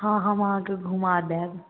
हँ हम अहाँके घुमा देब